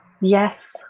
Yes